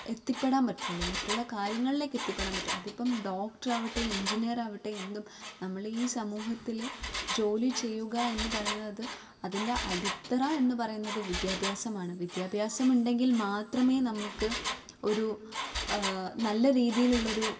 എത്തിപ്പെടാൻ പറ്റുള്ളൂ മറ്റുള്ള കാര്യങ്ങളിലേക്ക് എത്തിപ്പെടാൻ പറ്റുള്ളൂ അതിപ്പം ഡോക്ടർ ആവട്ടെ എഞ്ചിനീയർ ആവട്ടെ എന്തും നമ്മൾ ഈ സമൂഹത്തിൽ ജോലി ചെയ്യുക എന്ന് പറയുന്നത് അത് അതിൻ്റെ അടിത്തറ എന്ന് പറയുന്നത് വിദ്യാഭ്യാസമാണ് വിദ്യാഭ്യാസം ഉണ്ടെങ്കിൽ മാത്രമേ നമുക്ക് ഒരു നല്ല രീതിയിലുള്ളൊരു